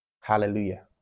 Hallelujah